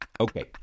Okay